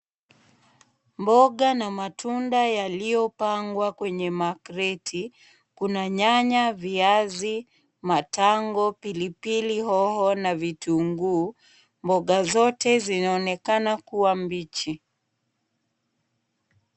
Mboga na matunda yaliyopangwa kwenye makreti, kuna nyanya, viazi, matango, pilipili hoho na vitunguu. Mboga zote zinaonekana kuwa mbichi.